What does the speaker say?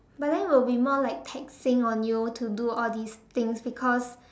but then will be more like taxing on you to do all these things because